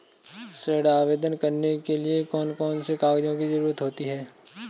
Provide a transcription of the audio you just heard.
ऋण आवेदन करने के लिए कौन कौन से कागजों की जरूरत होती है?